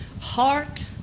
heart